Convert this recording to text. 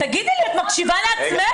תגידי לי, את מקשיבה לעצמך?